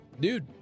dude